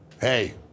Hey